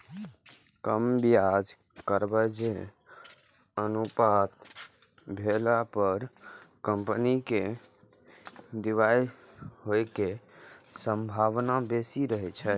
कम ब्याज कवरेज अनुपात भेला पर कंपनी के दिवालिया होइ के संभावना बेसी रहै छै